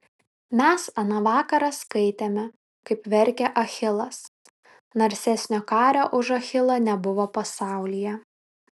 mes aną vakarą skaitėme kaip verkė achilas narsesnio kario už achilą nebuvo pasaulyje